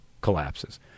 collapses